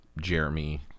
Jeremy